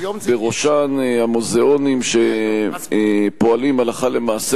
בראשן המוזיאונים שפועלים הלכה למעשה